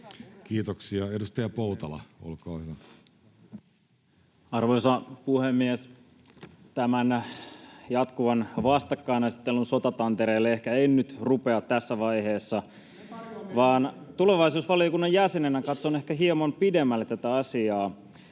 Kiitoksia. — Edustaja Poutala, olkaa hyvä. Arvoisa puhemies! Tämän jatkuvan vastakkainasettelun sotatantereelle ehkä en nyt rupea tässä vaiheessa, [Antti Kurvinen: Me tarjoamme yhteistyötä!] vaan tulevaisuusvaliokunnan jäsenenä katson ehkä hieman pidemmälle tätä asiaa: